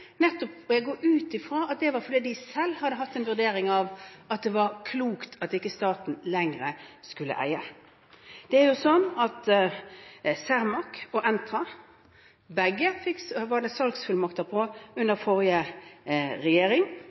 går ut fra at det var fordi de selv hadde hatt en vurdering av at det var klokt at ikke staten lenger skulle eie. Både Cermaq og Entra var det salgsfullmakter på under forrige regjering,